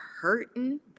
hurting